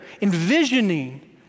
envisioning